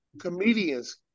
comedians